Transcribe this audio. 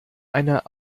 einer